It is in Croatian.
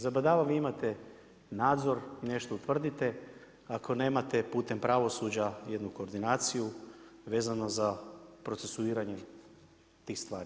Zabadava vi imate nadzor, nešto utvrdite ako nemate putem pravosuđa jednu koordinaciju vezano za procesuiranje tih stvari.